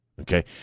Okay